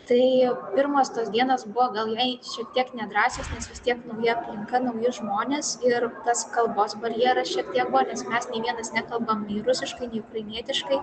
tai pirmos tos dienos buvo gal jai šiek tiek nedrąsios nes vis tiek nauja aplinka nauji žmonės ir tas kalbos barjeras šiek tiek buvo nes mes nei vienas nekalbam nei rusiškai nei ukrainietiškai